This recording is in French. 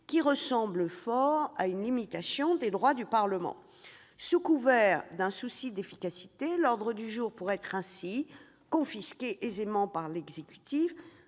qui ressemblent fort à une limitation des droits du Parlement. Sous couvert d'un souci d'efficacité, l'ordre du jour pourrait être confisqué aisément par l'exécutif.